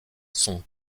sont